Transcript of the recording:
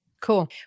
Cool